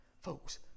folks